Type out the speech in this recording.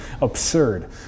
absurd